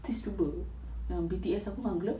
sis cuba yang B_T_S aku my glove